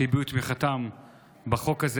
שהביעו את תמיכתם בחוק הזה.